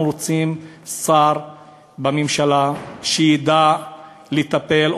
אנחנו רוצים שר בממשלה שידע לטפל,